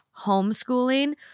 homeschooling